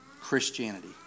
Christianity